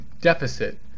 deficit